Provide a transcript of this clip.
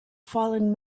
fallen